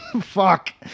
Fuck